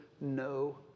no